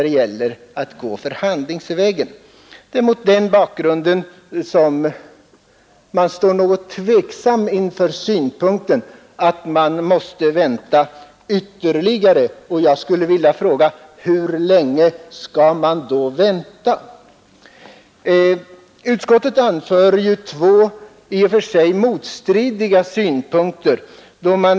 Det är därför jag ställer mig något tveksam till synpunkten att man måste vänta ytterligare. Jag skulle vilja fråga: Hur länge skall man då vänta? Utskottet anför två i och för sig motstridiga synpunkter.